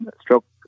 stroke